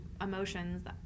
emotions